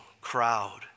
crowd